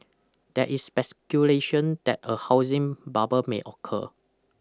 there is speculation that a housing bubble may occur